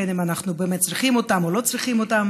בין שאנחנו באמת צריכים אותם או לא צריכים אותם.